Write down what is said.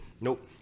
Nope